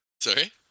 Sorry